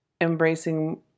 embracing